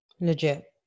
Legit